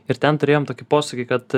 ir ten turėjom tokį posakį kad